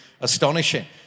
astonishing